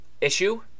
Issue